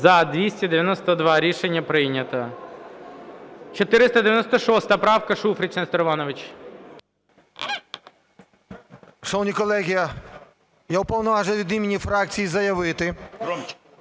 За-292 Рішення прийнято. 496 правка, Шуфрич Нестор Іванович.